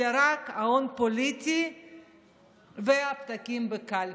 אלא רק הון פוליטי והפתקים בקלפי.